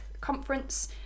conference